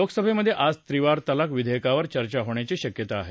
लोकसभेमधे आज त्रिवार तलाक विधेयकावर चर्चा होण्याची शक्यता आहे